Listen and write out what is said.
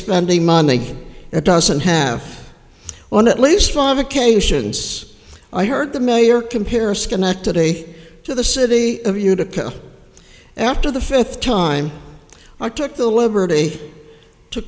spending money it doesn't have one at least five occasions i heard the mayor compare schenectady to the city of utica after the fifth time i took the liberty to